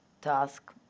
task